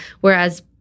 whereas